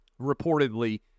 reportedly